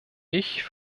ich